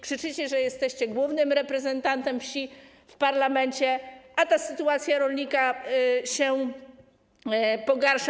Krzyczycie, że jesteście głównym reprezentantem wsi w parlamencie, a sytuacja rolnika się pogarsza.